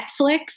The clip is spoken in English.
Netflix